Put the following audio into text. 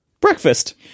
breakfast